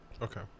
Okay